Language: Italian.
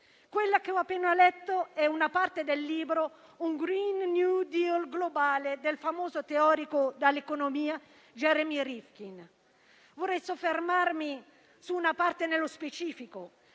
quella che ho appena letto è una parte del libro «Un green new deal globale» del famoso teorico dell'economia Jeremy Rifkin. Vorrei soffermarmi su una parte nello specifico: